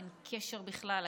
אין קשר בכלל.